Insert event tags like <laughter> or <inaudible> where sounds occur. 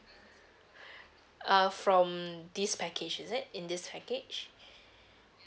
<breath> uh from this package is it in this package